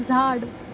झाड